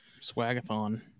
Swagathon